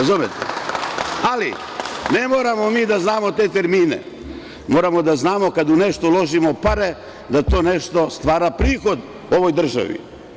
Ali, ne moramo mi da znamo te termine, moramo da znamo da kada u nešto uložimo pare, da to nešto stvara prihod ovoj državi.